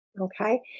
Okay